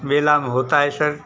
मेला में होता है शर